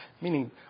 meaning